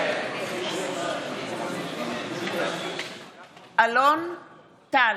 מתחייבת אני אלון טל,